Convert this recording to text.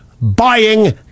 buying